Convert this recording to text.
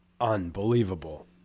unbelievable